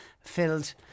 filled